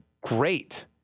great